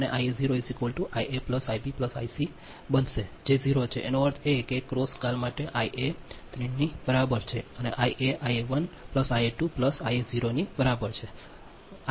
અને Ia0 Ia Ic Ib બનશે જે 0 છે તેનો અર્થ એ કે ક્રોસ ગાલ માટે આઇએ 3 ની બરાબર છે IA Ial Ia2 Ia0 ની બરાબર છે Ia0 0 છે